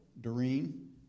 Doreen